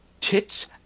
tits